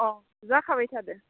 औ जाखाबाय थादों